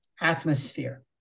atmosphere